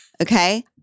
Okay